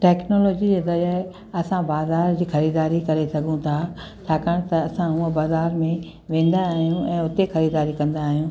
technology जे ज़रिए असां बाज़ारि जी ख़रीदारी करे सघूं था छाकाणि त असां उहा बाज़ारि में वेंदा आहियूं ऐं उते ख़रीदारी कंदा आहियूं